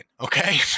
okay